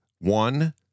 one